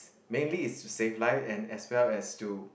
mainly is to save life and as well as to